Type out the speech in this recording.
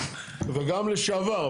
וגם לשעבר,